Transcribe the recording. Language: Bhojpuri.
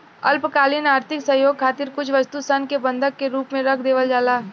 अल्पकालिक आर्थिक सहयोग खातिर कुछ वस्तु सन के बंधक के रूप में रख देवल जाला